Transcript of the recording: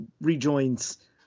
rejoins